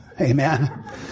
Amen